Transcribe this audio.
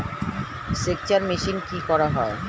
সেকচার মেশিন কি করা হয়?